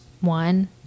one